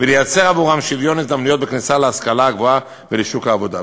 ולייצר עבורם שוויון הזדמנויות בכניסה להשכלה הגבוהה ולשוק העבודה.